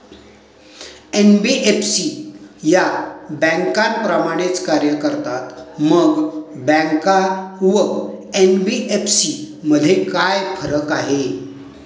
NBFC या बँकांप्रमाणेच कार्य करतात, मग बँका व एन.बी.एफ.सी मध्ये काय फरक आहे?